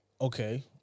okay